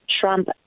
Trump